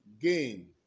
gain